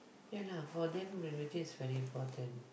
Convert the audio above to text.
ya lah for them religious very important